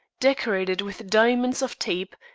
decorated with diamonds of tape,